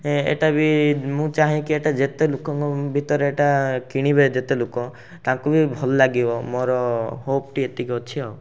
ହେଁ ଏଇଟା ବି ମୁଁ ଚାହେଁକି ଏଇଟା ଯେତେ ଲୋକଙ୍କ ଭିତରେ ଏଇଟା କିଣିବେ ଯେତେ ଲୋକ ତାଙ୍କୁ ବି ଭଲ ଲାଗିବ ମୋର ହୋପ୍ଟି ଏତିକି ଅଛି ଆଉ